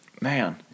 Man